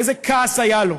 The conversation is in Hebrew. איזה כעס היה לו?